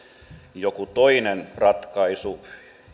joku toinen ratkaisu